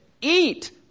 Eat